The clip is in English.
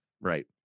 Right